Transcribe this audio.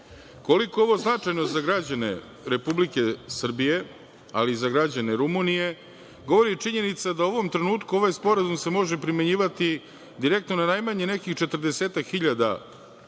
Koliko je ovo značajno za građane Republike Srbije, ali i za građane Rumunije govori činjenica da u ovom trenutku ovaj sporazum se može primenjivati direktno na najmanje nekih 40-ak hiljada